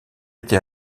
été